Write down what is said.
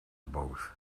both